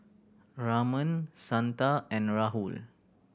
Raman Santha and Rahul